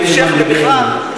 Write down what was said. בהמשך ובכלל.